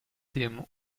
dem